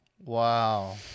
Wow